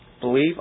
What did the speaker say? Believe